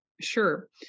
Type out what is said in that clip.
Sure